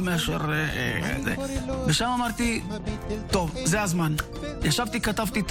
טוב, מאחר שזה חוזר על עצמו אני סוגרת את